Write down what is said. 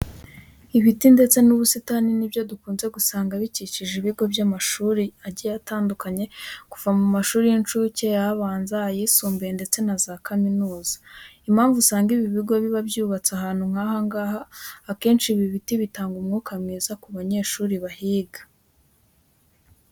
Ibiti ndetse n'ubusitani ni byo dukunze gusanga bikikije ibigo by'amashuri agiye atandukanye kuva mu mashuri y'incuke, abanza, ayisumbuye ndetse na za kaminuza. Impamvu usanga ibi bigo biba byubatse ahantu nk'aha ngaha, akenshi ibi biti bitanga umwuka mwiza ku banyeshuri bahiga.